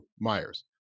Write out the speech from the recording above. Myers